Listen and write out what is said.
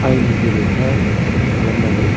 आयेन बेरेखा खालामनानै